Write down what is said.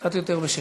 קצת יותר בשקט.